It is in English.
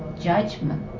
judgment